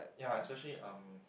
ya especially um